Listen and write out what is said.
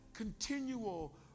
continual